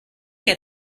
get